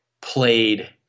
played